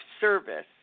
service